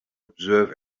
observe